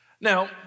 Now